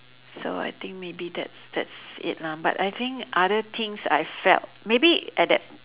so I think maybe that's that's it lah but I think other things I felt maybe at that